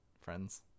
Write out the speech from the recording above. friends